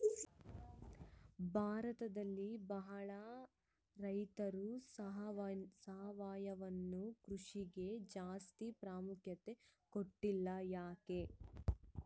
ಭಾರತದಲ್ಲಿ ಬಹಳ ರೈತರು ಸಾವಯವ ಕೃಷಿಗೆ ಜಾಸ್ತಿ ಪ್ರಾಮುಖ್ಯತೆ ಕೊಡ್ತಿಲ್ಲ ಯಾಕೆ?